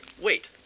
Wait